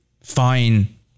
fine